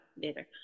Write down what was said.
later